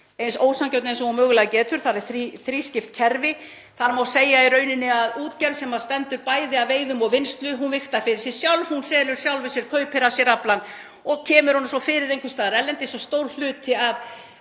eins ósanngjörn eins og hún mögulega getur verið. Þar er þrískipt kerfi. Það má segja í rauninni að útgerð sem stendur bæði að veiðum og vinnslu vigtar fyrir sig sjálf. Hún selur sjálfri sér, kaupir af sér aflann og kemur honum svo fyrir einhvers staðar erlendis og stór hluti af